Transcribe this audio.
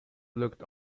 looked